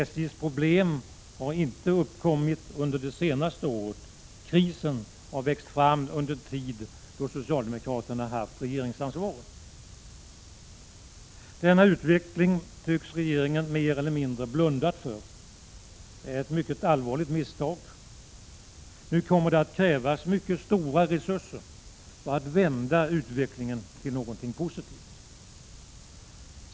SJ:s problem har inte uppkommit under det senaste året. Krisen har växt fram under en tid då socialdemokraterna haft regeringsansvaret. Denna utveckling tycks regeringen mer eller mindre ha blundat för. Det är ett mycket allvarligt misstag. Nu kommer det att krävas mycket stora resurser för att vända utvecklingen till något positivt.